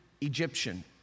Egyptian